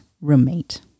roommate